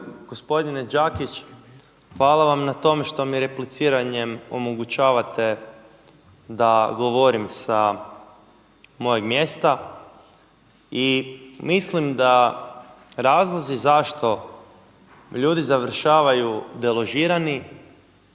hvala vam na tome što mi repliciranjem omogućavate da govorim sa mojeg mjesta. i mislim da razlozi zašto ljudi završavaju deložirani